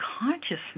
consciousness